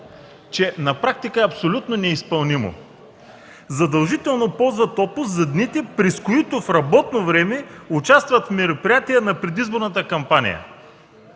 че на практика е абсолютно неизпълнимо – задължително ползват отпуск за дните, през които в работно време участват в мероприятие на предизборната кампания.